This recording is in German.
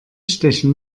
stechen